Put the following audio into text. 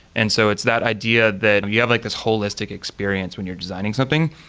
and so it's that idea that we have like this holistic experience when you're designing something,